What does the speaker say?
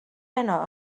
heno